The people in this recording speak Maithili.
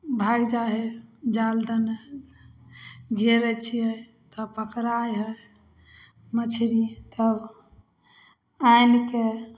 भागि जाइ हइ जाल दने घेरे छिए तब पकड़ै हइ मछरी तब आनिके